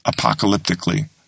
apocalyptically